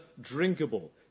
drinkable